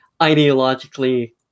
ideologically